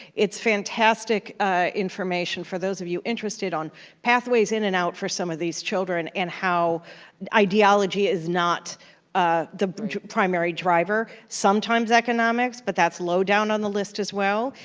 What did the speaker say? it's fantastic information for those of you interested on pathways in and out for some of these children and how ideology is not ah the primary driver. sometimes economics, but that's low down on the list as well.